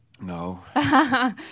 No